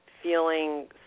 feeling